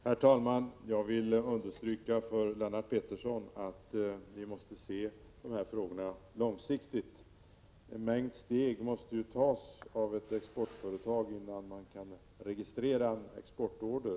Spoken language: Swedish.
Herr talman! Jag vill understryka för Lennart Pettersson att vi måste se dessa frågor långsiktigt. En mängd steg måste tas av ett exportföretag innan det kan registrera en exportorder.